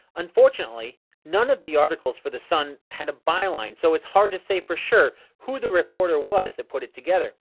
unfortunately, none of the articles for the sun had a byline, so it's hard to say for sure who the reporter was that put it together.